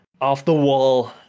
off-the-wall